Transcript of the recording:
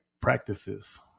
practices